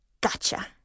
Gotcha